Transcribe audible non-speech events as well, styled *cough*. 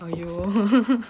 !aiyo! *laughs*